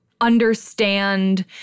understand